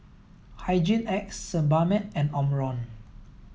Hygin X Sebamed and Omron